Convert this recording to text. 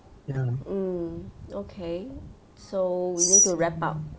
mm okay so we need to wrap up